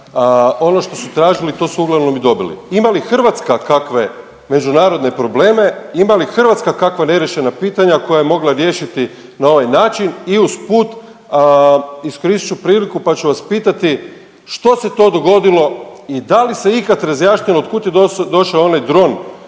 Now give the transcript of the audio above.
Ono što su tražili to su uglavnom i dobili. Imali li Hrvatska kakve međunarodne probleme, ima li Hrvatska kakva neriješena pitanja koja je mogla riješiti na ovaj način i uz put iskoristit ću priliku pa ću vas pitati što se to dogodilo i da li se ikad razjasnilo otkud je došao onaj dron